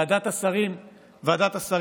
ועדת השרים מחליטה.